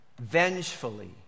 Vengefully